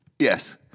Yes